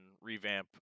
revamp